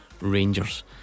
Rangers